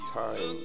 time